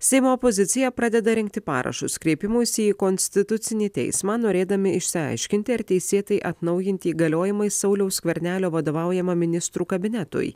seimo opozicija pradeda rinkti parašus kreipimuisi į konstitucinį teismą norėdami išsiaiškinti ar teisėtai atnaujinti įgaliojimai sauliaus skvernelio vadovaujamam ministrų kabinetui